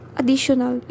additional